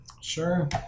Sure